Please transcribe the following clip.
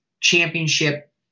championship